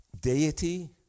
deity